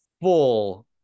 full